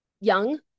young